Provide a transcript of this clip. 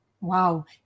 Wow